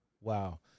Wow